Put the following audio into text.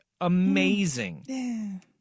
Amazing